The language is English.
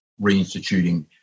reinstituting